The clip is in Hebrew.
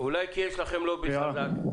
אולי כי יש לכם לובי חזק?